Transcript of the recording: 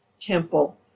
temple